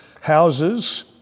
houses